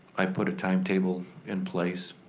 i put a timetable in place.